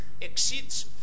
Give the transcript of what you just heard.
exceeds